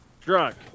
drunk